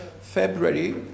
February